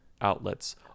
outlets